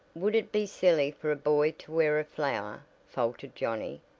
would it be silly for a boy to wear a flower? faltered johnnie,